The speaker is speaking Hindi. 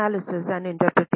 नमस्ते